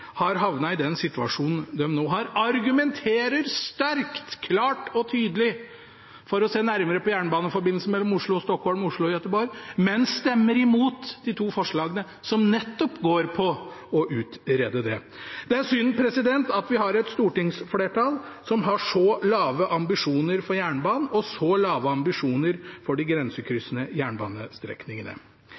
har havnet i den situasjonen de nå har havnet i. De argumenterer sterkt, klart og tydelig for å se nærmere på jernbaneforbindelsene mellom Oslo og Stockholm og mellom Oslo og Göteborg, men stemmer imot de to forslagene som nettopp går på å utrede det. Det er synd at vi har et stortingsflertall som har så lave ambisjoner for jernbanen og så lave ambisjoner for de grensekryssende jernbanestrekningene.